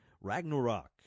Ragnarok